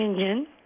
engine